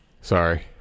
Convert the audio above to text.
Sorry